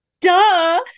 Duh